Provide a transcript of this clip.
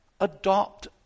Adopt